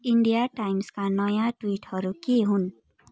India टाइम्सका नयाँ ट्विटहरू के हुन्